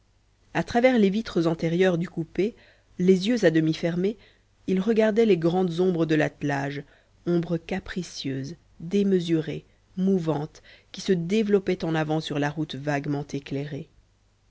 a travers les vitres antérieures du coupé les yeux à demi fermés ils regardaient les grandes ombres de l'attelage ombres capricieuses démesurées mouvantes qui se développaient en avant sur la route vaguement éclairée